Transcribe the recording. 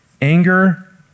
Anger